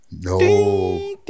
No